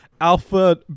alpha